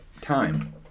time